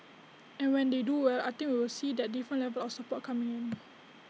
and when they do well I think we will see that different level of support coming in